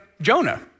Jonah